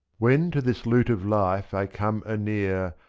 when to this loot of life i come anear.